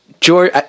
George